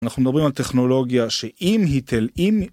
אנחנו מדברים על טכנולוגיה שאם היא תלאים